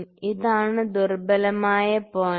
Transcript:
ഇതാണ് ദുർബലമായ പോയിന്റ്